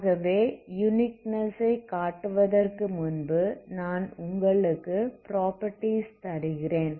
ஆகவே யுனிக்னெஸ் ஐ கட்டுவதற்கு முன்பு நான் உங்களுக்கு ப்ராப்பர்ட்டீஸ் தருகிறேன்